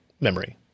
memory